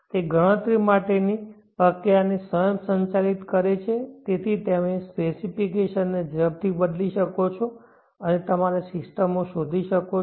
તે ગણતરી માટેની પ્રક્રિયાને સ્વયંસંચાલિત કરે છે તેથી તમે સ્પેસિફિકેશન ને ઝડપથી બદલી શકો છો અને તમારી સિસ્ટમો શોધી શકો છો